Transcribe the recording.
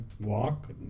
walk